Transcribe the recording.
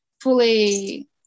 fully